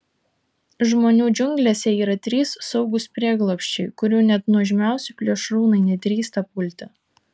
žmonių džiunglėse yra trys saugūs prieglobsčiai kurių net nuožmiausi plėšrūnai nedrįsta pulti